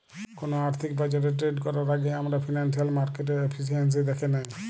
কোনো আর্থিক বাজারে ট্রেড করার আগেই আমরা ফিনান্সিয়াল মার্কেটের এফিসিয়েন্সি দ্যাখে নেয়